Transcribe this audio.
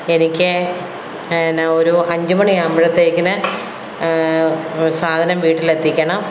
എനിക്ക് പിന്നെ ഒരു അഞ്ചു മണിയാകുമ്പോഴത്തേക്കിന് സാധനം വീട്ടിലെത്തിക്കണം